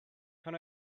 can